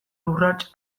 urrats